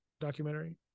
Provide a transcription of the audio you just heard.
documentary